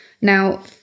Now